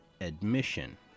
admission